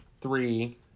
three